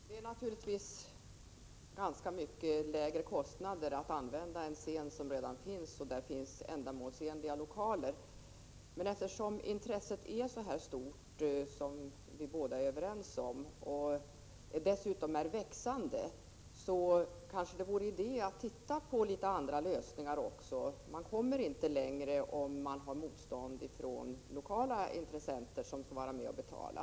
Herr talman! Det medför naturligtvis betydligt lägre kostnader att använda en scen som redan finns och som har ändamålsenliga lokaler. Men eftersom intresset är så stort — vilket vi båda är överens om — och dessutom är i växande, vore det kanske idé att också titta något på andra lösningar. Man kommer inte längre om man har motstånd från lokala intressenter som skall vara med och betala.